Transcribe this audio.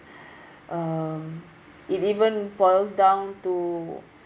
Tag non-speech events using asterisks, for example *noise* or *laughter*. *breath* um it even boils down to